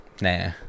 Nah